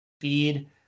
feed